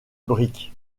brick